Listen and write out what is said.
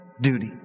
duty